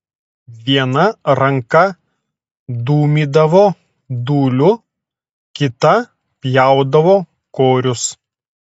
viena ranka dūmydavo dūliu kita pjaudavo korius